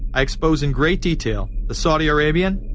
i expose in great detail, the saudi arabian,